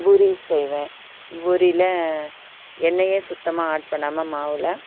பூரி செய்வேன் பூரியில் எண்ணெயே சுத்தமாக ஆட் பண்ணாமல் மாவில்